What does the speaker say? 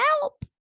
Help